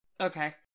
Okay